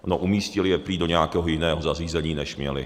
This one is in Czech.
No, umístili je prý do nějakého jiného zařízení, než měli.